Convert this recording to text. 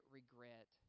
regret